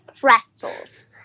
pretzels